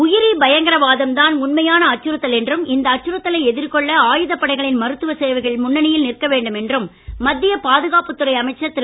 உயிரி பயங்கரவாதம் தான் உண்மையான அச்சுறுத்தல் என்றும் இந்த அச்சுறுத்தலை எதிர்கொள்ள ஆயுதப்படைகளின் மருத்துவச் சேரவைகள் முன்னணியில் நிற்கவேண்டும் என்று மத்திய பாதுகாப்புத் துறை அமைச்சர் திரு